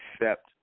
accept